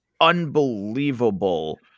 unbelievable